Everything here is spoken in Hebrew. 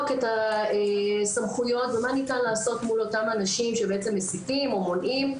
את הסמכויות ומה ניתן לעשות מול אותם אנשים בעצם מסיתים או מונעים.